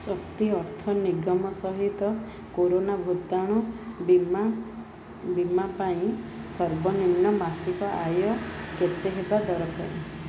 ଶକ୍ତି ଅର୍ଥ ନିଗମ ସହିତ କରୋନା ଭୂତାଣୁ ବୀମା ବୀମା ପାଇଁ ସର୍ବନିମ୍ନ ମାସିକ ଆୟ କେତେ ହେବା ଦରକାର